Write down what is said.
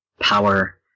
power